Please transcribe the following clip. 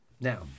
Now